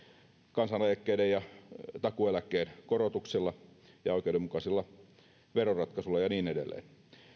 kansaneläkkeiden ja takuueläkkeen korotuksilla ja oikeudenmukaisilla veroratkaisuilla ja niin edelleen